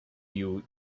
you